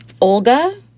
olga